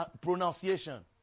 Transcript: pronunciation